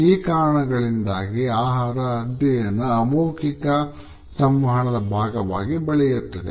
ಈ ಕಾರಣಗಳಿಂದಾಗಿ ಆಹಾರ ಅಧ್ಯಯನ ಅಮೌಖಿಕ ಸಂವಹನದ ಭಾಗವಾಗಿ ಬೆಳೆಯುತ್ತಿದೆ